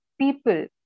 people